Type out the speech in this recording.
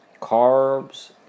carbs